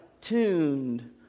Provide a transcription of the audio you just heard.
tuned